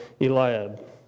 Eliab